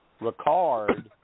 Ricard